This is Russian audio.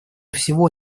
всего